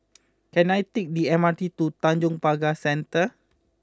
can I take the M R T to Tanjong Pagar Centre